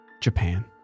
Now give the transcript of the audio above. Japan